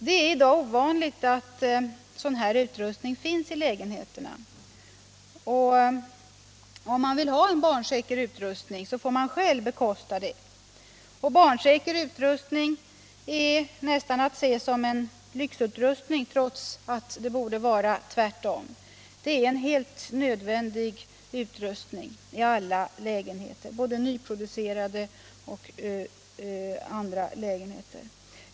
Det är i dag ovanligt att sådan här utrustning finns i lägenheterna. Om man vill ha barnsäker utrustning får man själv bekosta den. Och barnsäker utrustning är nästan att se som lyxutrustning trots att det borde vara tvärtom. Det är en helt nödvändig utrustning i alla lägenheter, både nyproducerade och andra.